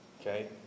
Okay